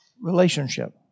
relationship